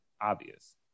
obvious